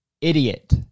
idiot